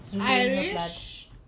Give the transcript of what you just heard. Irish